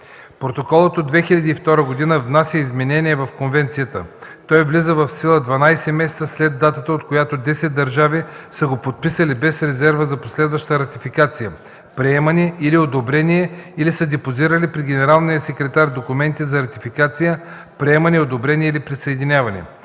Протоколът от 2002 г. внася изменения в конвенцията. Той влиза в сила 12 месеца след датата, от която 10 държави са го подписали без резерва за последваща ратификация, приемане или одобрение, или са депозирали при Генералния секретар документи за ратификация, приемане, одобрение или присъединяване.